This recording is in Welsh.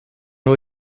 nhw